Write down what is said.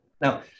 Now